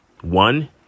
One